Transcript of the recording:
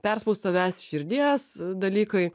perspaust savęs širdies dalykai